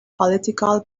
political